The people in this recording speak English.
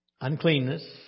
uncleanness